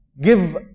give